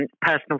personal